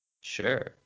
Sure